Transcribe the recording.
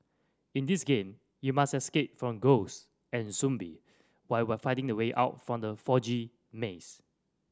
in this game you must escape from ghosts and zombie why while finding the way out from the foggy maze